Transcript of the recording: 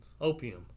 opium